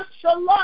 Shalom